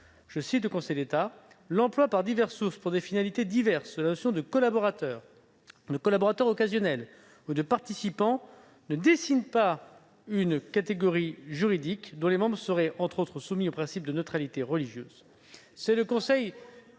religieuse :« L'emploi, par diverses sources et pour des finalités diverses, de la notion de " collaborateur ", de " collaborateur occasionnel " ou de " participant " ne dessine pas une catégorie juridique, dont les membres seraient, entre autres, soumis au principe de neutralité religieuse. »